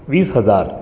वीस हजार